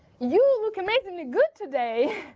you look amazingly good today.